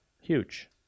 huge